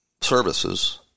services